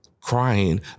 Crying